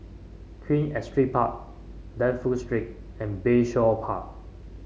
Queen Astrid Park Dafne Street and Bayshore Park